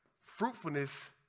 fruitfulness